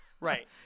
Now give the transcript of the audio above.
Right